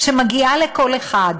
שמגיעה לכל אחד.